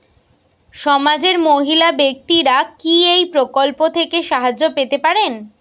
সমাজের মহিলা ব্যাক্তিরা কি এই প্রকল্প থেকে সাহায্য পেতে পারেন?